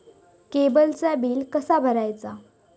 केबलचा बिल कसा भरायचा?